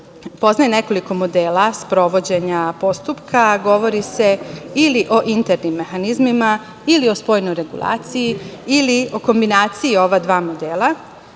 poznaje nekoliko modela sprovođenja postupka. Govori se ili o internim mehanizmima ili o spoljnoj regulaciji ili o kombinaciji ova dva modela.